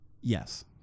Yes